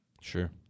Sure